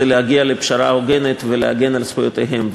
להגיע לפשרה הוגנת ולהגן על זכויותיהם.